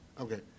Okay